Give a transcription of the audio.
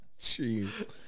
Jeez